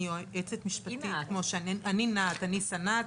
אני סנ"צ,